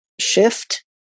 shift